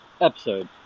episode